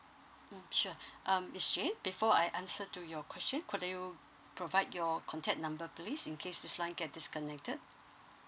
mm sure um miss jane before I answer to your question could you provide your contact number please in case this line get disconnected